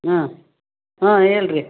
ಹಾಂ ಹಾಂ ಹೇಳ್ರಿ